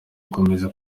gukomeza